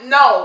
no